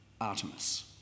Artemis